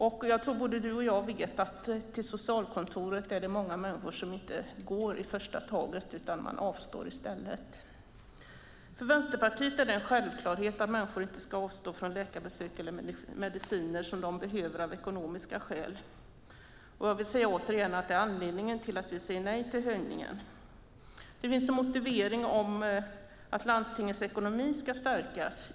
Jag tror att både du och jag vet att det är många människor som inte går till socialkontoret i första taget, utan man avstår i stället. För Vänsterpartiet är det en självklarhet att människor inte ska avstå från läkarbesök eller mediciner som de behöver av ekonomiska skäl. Jag vill återigen säga att det är anledningen till att vi säger nej till höjningen. Det finns en motivering om att landstingets ekonomi ska stärkas.